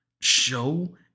show